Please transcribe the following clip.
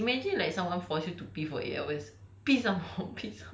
pee imagine like someone force you to pee for eight hours